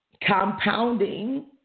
compounding